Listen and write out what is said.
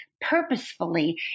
purposefully